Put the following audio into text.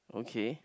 okay